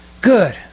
good